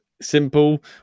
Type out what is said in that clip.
Simple